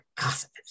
gossip